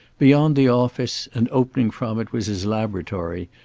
beyond the office and opening from it was his laboratory,